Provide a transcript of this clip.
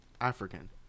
African